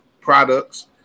products